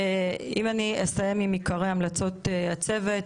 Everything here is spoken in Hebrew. אסיים עם עיקרי המלצות הצוות,